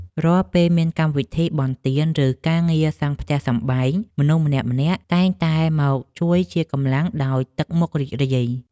រាល់ពេលមានកម្មវិធីបុណ្យទាន ឬការងារសង់ផ្ទះសម្បែង មនុស្សម្នាក់ៗតែងតែមកជួយជាកម្លាំងដោយទឹកមុខរីករាយ។